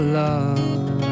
love